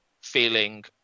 feeling